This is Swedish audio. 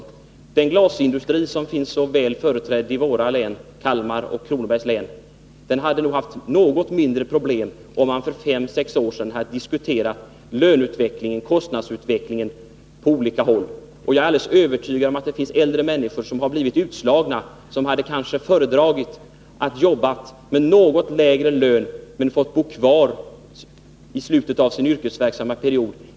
Tror inte Bernt Nilsson att den glasindustri som är så väl företrädd i våra län, Kalmar och Kronobergs län, hade haft något mindre problem om man för fem sex år sedan på olika håll hade diskuterat löneoch kostnadsutvecklingen? Jag är helt övertygad om att det finns äldre människor som blivit utslagna men som skulle ha föredragit att jobba för något lägre lön om de hade fått bo kvar i sin hemtrakt under slutet av sin yrkesverksamma period.